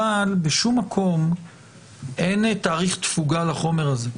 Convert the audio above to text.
בשום מקום אין תאריך תפוגה לחומר הזה,